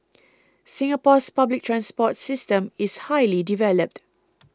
Singapore's public transport system is highly developed